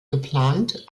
geplant